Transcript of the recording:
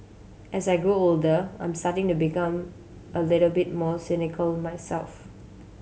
as I grow older I'm starting to become a little bit more cynical myself